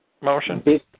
motion